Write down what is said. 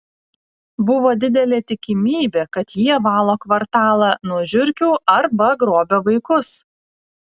buvo didelė tikimybė kad jie valo kvartalą nuo žiurkių arba grobia vaikus